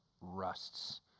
rusts